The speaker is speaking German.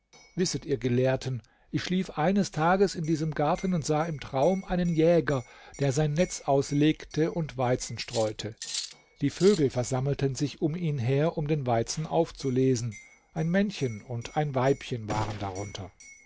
wisset ihr gelehrten ich schlief eines tages in diesem garten und sah im traum einen jäger der sein netz auslegte und weizen streute die vögel versammelten sich um ihn her um den weizen aufzulesen ein männchen und ein weibchen waren darunter